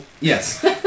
Yes